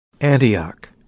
Antioch